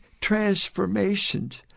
transformations